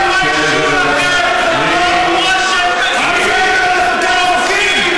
במה אתה מתגאה, שאתה מחזיק גופה?